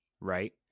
right